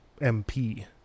MP